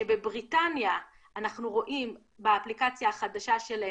שבבריטניה אנחנו רואים באפליקציה החדשה שלהם,